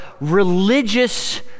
religious